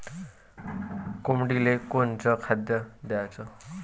कोंबडीले कोनच खाद्य द्याच?